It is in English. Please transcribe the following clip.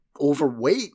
overweight